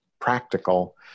practical